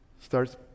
starts